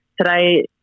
Today